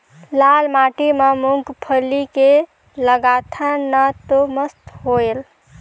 लाल माटी म मुंगफली के लगाथन न तो मस्त होयल?